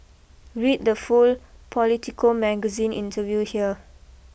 read the full Politico Magazine interview here